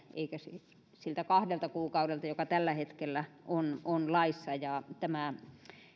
eikä siltä kahdelta kuukaudelta joka tällä hetkellä on on laissa tämä